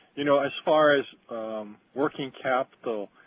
you know as far as working capital,